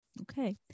Okay